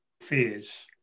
fears